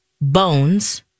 bones